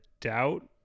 doubt